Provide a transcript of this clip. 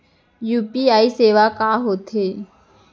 UPI सेवाएं का होथे